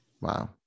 Wow